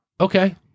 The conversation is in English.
Okay